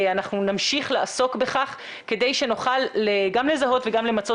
אנחנו נמשיך לעסוק בכך כדי שנוכל גם לזהות וגם למצות